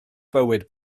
bywyd